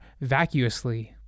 vacuously